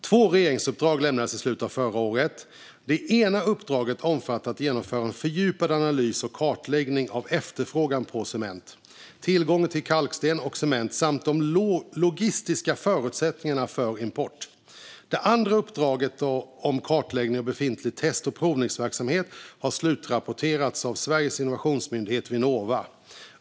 Två regeringsuppdrag lämnades i slutet av förra året. Det ena uppdraget omfattar att genomföra en fördjupad analys och kartläggning av efterfrågan på cement, tillgången till kalksten och cement samt de logistiska förutsättningarna för import. Det andra uppdraget om kartläggning av befintlig test och provningsverksamhet har slutrapporterats av Sveriges innovationsmyndighet Vinnova.